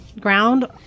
ground